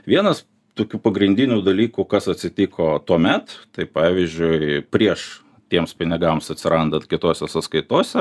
vienas tokių pagrindinių dalykų kas atsitiko tuomet tai pavyzdžiui prieš tiems pinigams atsirandant kitose sąskaitose